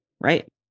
right